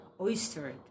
oyster